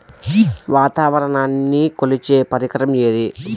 వాతావరణాన్ని కొలిచే పరికరం ఏది?